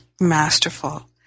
masterful